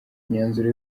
imyanzuro